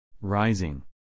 Rising